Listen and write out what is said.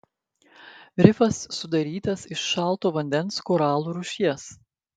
rifas sudarytas iš šalto vandens koralų rūšies